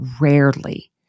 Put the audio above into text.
rarely